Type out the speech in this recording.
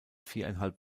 viereinhalb